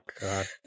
god